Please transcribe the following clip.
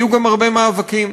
היו גם הרבה מאבקים.